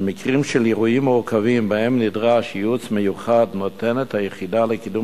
במקרים מורכבים שבהם נדרש ייעוץ מיוחד נותנת היחידה לקידום